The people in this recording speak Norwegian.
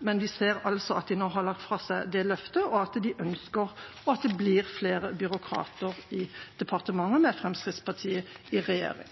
men vi ser altså at de nå har lagt fra seg det løftet, og at de ønsker, og at det blir, flere byråkrater i departementene med Fremskrittspartiet i regjering.